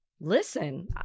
listen